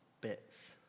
bits